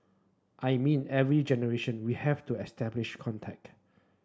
I mean every generation we have to establish contact